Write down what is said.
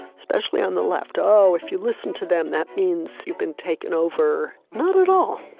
especially on the left. oh, if you listen to them, that means you've been taken over. not at all